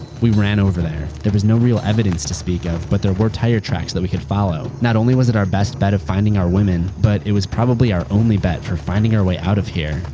we ran over there. there was no real evidence to speak of, but there were tire tracks that we could follow. not only was it our best bet of finding our women, but it was probably our only bet for finding our way out of here.